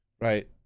right